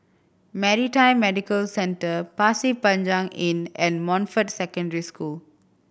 Maritime Medical Centre Pasir Panjang Inn and Montfort Secondary School